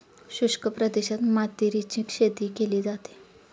शुष्क प्रदेशात मातीरीची शेतीही केली जाते